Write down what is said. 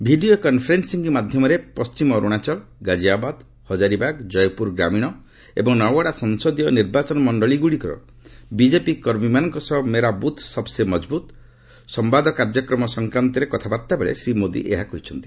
video conferencing ମାଧ୍ୟମରେ ପଣ୍ଟିମ ଅରୁଣାଚଳ ଗାଜିଆବାଦ୍ ହଜାରିବାଗ୍ ଜୟପୁର ଗ୍ରାମୀଣ ଏବଂ ନାୱାଡ଼ା ସଂସଦୀୟ ନିର୍ବାଚନ ମଣ୍ଡଳୀଗୁଡ଼ିକର ବିଜେପି କର୍ମୀମାନଙ୍କ ସହ ମେରା ବୁଥ୍ ସବ୍ସେ ମଜବୁତ୍ ସମ୍ଭାଦ କାର୍ଯ୍ୟକ୍ରମ ସଂକ୍ରାନ୍ତରେ କଥାବାର୍ତ୍ତା କଲାବେଳେ ଶ୍ରୀ ମୋଦି ଏହା କହିଛନ୍ତି